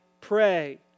pray